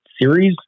series